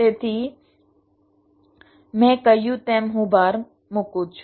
તેથી મેં કહ્યું તેમ હું ભાર મૂકું છું